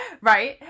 right